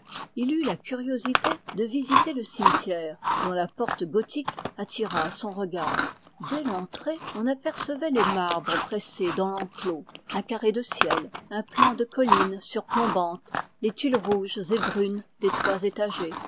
eut la curiosité de visiter le cimetière dont la porte gothique attira son regard des l'entrée on apercevait les marbres pressés dans l'enclos un carré de ciel un pan de colline surplombante les tuiles rouges et brunes des toits étagés